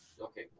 Okay